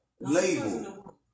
Label